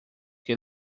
que